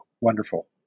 wonderful